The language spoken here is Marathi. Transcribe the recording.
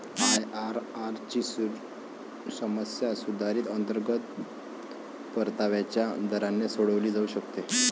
आय.आर.आर ची समस्या सुधारित अंतर्गत परताव्याच्या दराने सोडवली जाऊ शकते